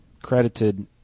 credited